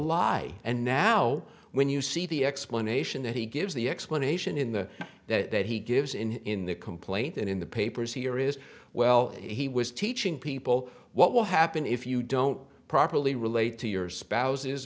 lie and now when you see the explanation that he gives the explanation in the that he gives in the complaint and in the papers here is well he was teaching people what will happen if you don't properly relate to your spouse